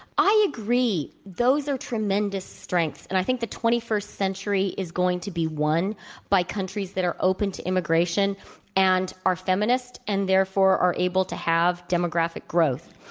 i agree those are tremendous strengths. and i think the twenty first century is going to be won by countries that are open to immigration and are feminist, and therefore are able to have demographic growth.